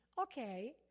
okay